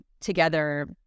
together